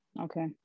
Okay